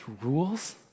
rules